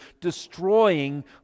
destroying